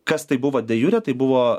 kas tai buvo de jure tai buvo